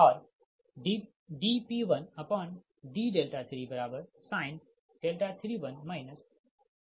और dP1d3sin 31 10cos 31